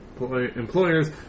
employers